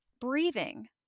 breathing